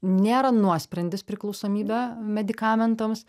nėra nuosprendis priklausomybė medikamentams